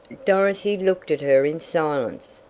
dorothy looked at her in silence.